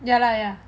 ya lah ya